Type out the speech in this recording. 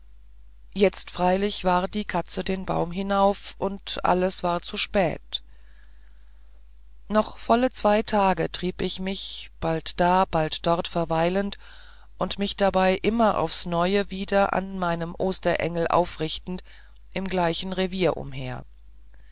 jetzt freilich war die katz den baum hinauf und alles war zu spät noch volle zwei tage trieb ich mich bald da bald dort verweilend und mich dabei immer aufs neue wieder an meinem osterengel aufrichtend im gleichen reviere umher